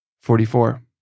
Forty-four